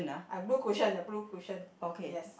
ah blue cushion the blue cushion yes